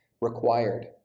required